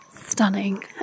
stunning